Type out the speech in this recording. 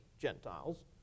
Gentiles